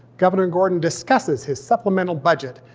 governor gordon discusses his supplemental budget,